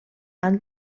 han